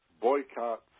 boycotts